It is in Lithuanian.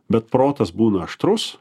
bet protas būna aštrus